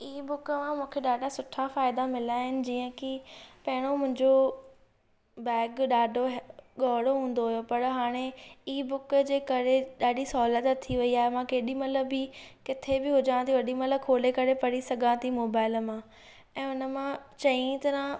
ई book मां मूंखे ॾाढा सुठा फ़ाइदा मिलिया आहिनि जीअं कि पहिरीं मुंहिंजो बैग ॾाढो ही गौड़ो हूंदो हुओ पर हाणे ई बुक जे करे ॾाढी सहूलियत थी वेई आहे मां केॾी महिल बि किथे बि हुजां त ओॾी महिल खोले करे पढ़ी सघां थी मोबाइल मां ऐं हुन मां चङी तरह